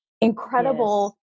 incredible